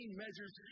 measures